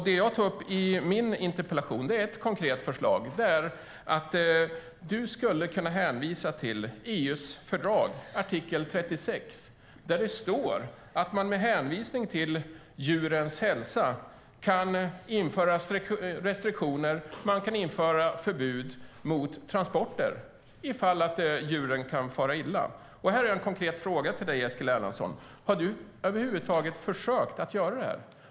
Det jag tar upp i min interpellation är ett konkret förslag: Du skulle kunna hänvisa till EU:s fördrag, artikel 36, där det står att man med hänvisning till djurens hälsa kan införa restriktioner och förbud mot transporter om djuren kan fara illa. Jag har en konkret fråga till dig, Eskil Erlandsson: Har du över huvud taget försökt att göra detta?